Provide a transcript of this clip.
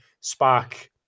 spark